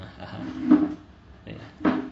(uh huh)